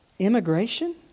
Immigration